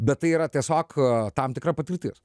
bet tai yra tiesiog tam tikra patirtis